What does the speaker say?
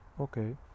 Okay